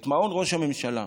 את מעון ראש הממשלה.